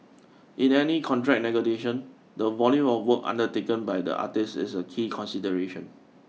in any contract negotiation the volume of work undertaken by the artiste is a key consideration